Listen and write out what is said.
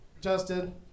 Justin